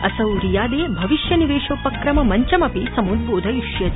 असौ रियादे भविष्य निवेशोपक्रम मञ्चमपि समुद्रोधयिष्यति